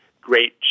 great